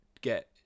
get